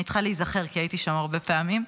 אני צריכה להיזכר כי הייתי שם הרבה פעמים,